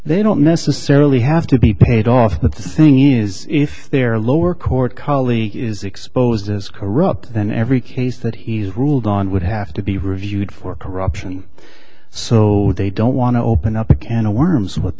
they don't necessarily have to be paid off but the thing is if they're lower court colleague is exposed as corrupt then every case that he's ruled on would have to be reviewed for corruption so they don't want to open up a can of worms what